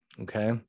okay